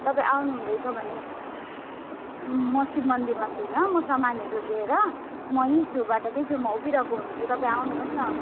तपाईँ आउनु हुँदैछ भने म शिवमन्दिरमा छुइन म सामानहरू लिएर म यहीँ छु बाटाको छेउमा उभिरहेको हुन्छु तपाईँ आउनुहोस् न